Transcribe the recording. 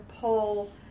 pull